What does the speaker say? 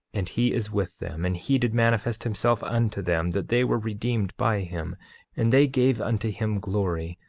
and he is with them, and he did manifest himself unto them, that they were redeemed by him and they gave unto him glory,